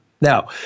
Now